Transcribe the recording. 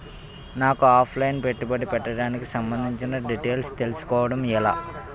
నాకు offline పెట్టుబడి పెట్టడానికి సంబందించిన డీటైల్స్ తెలుసుకోవడం ఎలా?